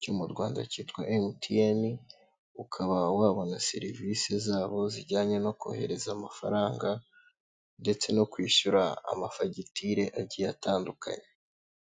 cyo mu Rwanda cyitwa MTN, ukaba wabona serivisi zabo zijyanye no kohereza amafaranga ndetse no kwishyura amafagitire agiye atandukanye.